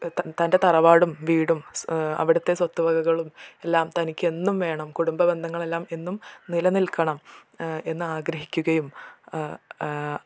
തൻ്റെ തറവാടും വീടും അവിടുത്തെ സ്വത്ത് വകകളും എല്ലാം തനിക്കെന്നും വേണം കുടുംബ ബന്ധങ്ങളെല്ലാം എന്നും നില നിൽക്കണം എന്നാഗ്രഹിക്കുകയും